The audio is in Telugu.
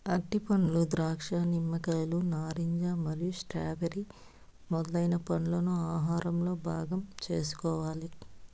అరటిపండ్లు, ద్రాక్ష, నిమ్మకాయలు, నారింజ మరియు స్ట్రాబెర్రీ మొదలైన పండ్లను ఆహారంలో భాగం చేసుకోవాలి